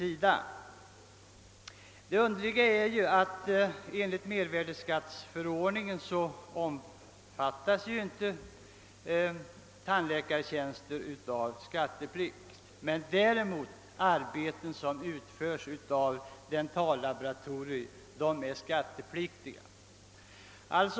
i Det underliga är att tandläkartjänster inte är skattepliktiga, medan däremot arbeten som utförs på dentallaboratorier är det.